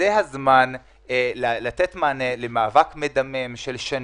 זה הזמן לתת מענה למאבק מדמם של שנים,